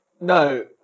no